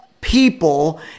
people